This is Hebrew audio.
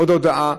עוד הודעה,